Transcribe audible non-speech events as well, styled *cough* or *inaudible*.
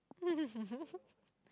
*laughs*